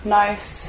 nice